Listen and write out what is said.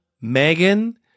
Megan